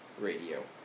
radio